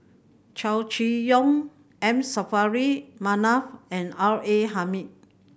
Chow Chee Yong M Saffri Manaf and R A Hamid